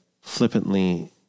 flippantly